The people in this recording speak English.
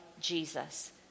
Jesus